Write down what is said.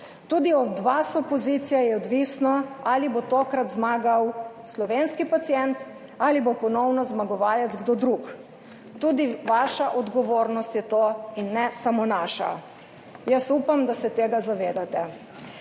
Tudi od vas, opozicija, je odvisno, ali bo tokrat zmagal slovenski pacient ali bo ponovno zmagovalec kdo drug. Tudi vaša odgovornost je to in ne samo naša. Upam, da se tega zavedate.